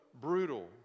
brutal